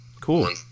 Cool